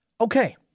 Okay